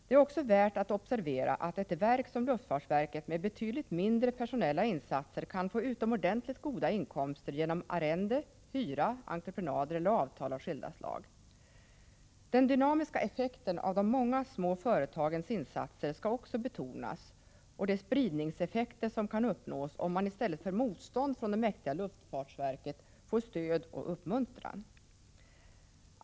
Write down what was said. Det är också värt att observera att ett verk som luftfartsverket med betydligt mindre personella insatser kan få utomordentligt goda inkomster genom arrende, hyra, entreprenader eller avtal av skilda slag. Den dynamiska effekten av de många små företagens insatser skall också betonas, liksom de spridningseffekter som kan uppnås om man i stället för motstånd från det mäktiga luftfartsverket får stöd och uppmuntran.